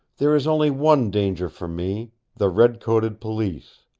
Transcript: there is only one danger for me the red-coated police.